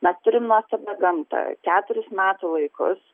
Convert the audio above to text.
mes turim nuostabią gamtą keturis metų laikus